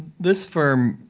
this firm,